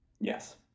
Yes